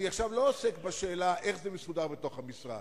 אני עכשיו לא עוסק בשאלה איך זה מסודר בתוך המשרד.